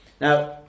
Now